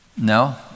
No